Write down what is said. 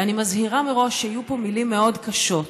ואני מזהירה מראש שיהיו פה מילים מאוד קשות,